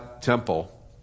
temple